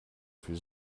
für